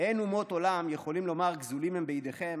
אין אומות עולם יכולים, לומר גזולים הם בידיכם,